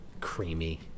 creamy